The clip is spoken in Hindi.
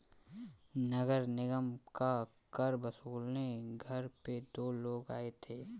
नगर निगम का कर वसूलने घर पे दो लोग आए थे